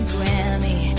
Grammy